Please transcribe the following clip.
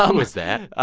um is that?